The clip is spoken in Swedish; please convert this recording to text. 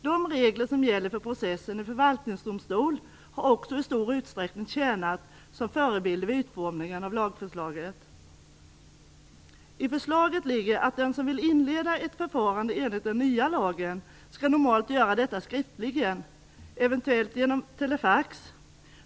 De regler som gäller för processen i förvaltningsdomstol har också i stor utsträckning tjänat som förebilder vid utformningen av lagförslaget. I förslaget ligger att den som vill inleda ett förfarande enligt den nya lagen skall normalt göra detta skriftligen, eventuellt genom telefax.